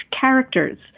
characters